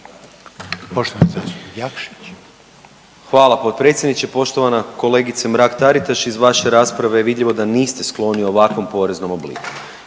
Hvala potpredsjedniče, poštovana kolegice Mrak-Taritaš iz vaše rasprave je vidljivo da niste skloni ovakvom poreznom obliku.